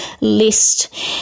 list